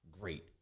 Great